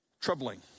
troubling